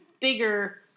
bigger